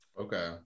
Okay